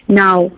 now